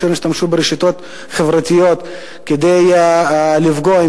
השתמשו ברשתות חברתיות כדי לפגוע,